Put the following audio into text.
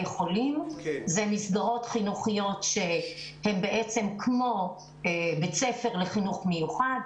חולים זה מסגרות חינוכית שהן כמו בית ספר לחינוך מיוחד,